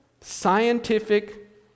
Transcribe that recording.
scientific